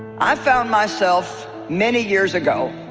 i found myself many years ago